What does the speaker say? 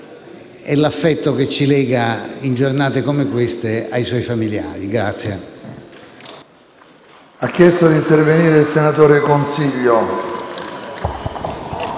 e l'affetto che ci lega, in giornate come queste, ai suoi familiari.